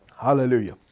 Hallelujah